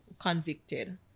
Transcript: convicted